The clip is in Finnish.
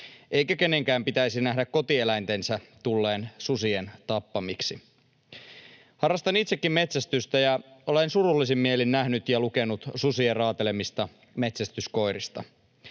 eikä kenenkään pitäisi nähdä kotieläintensä tulleen susien tappamiksi. Harrastan itsekin metsästystä ja olen surullisin mielin nähnyt ja lukenut susien raatelemista metsästyskoirista.